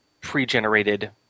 pre-generated